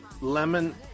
lemon